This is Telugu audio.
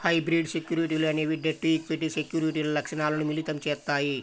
హైబ్రిడ్ సెక్యూరిటీలు అనేవి డెట్, ఈక్విటీ సెక్యూరిటీల లక్షణాలను మిళితం చేత్తాయి